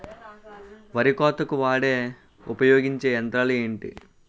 వరి కోతకు వాడే ఉపయోగించే యంత్రాలు ఏంటి?